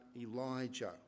Elijah